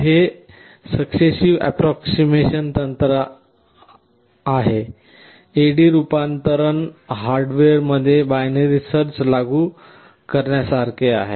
हे successive approximation तंत्र हे AD रूपांतरणात हार्डवेअरमध्ये बायनरी सर्च लागू करण्यासारखे आहे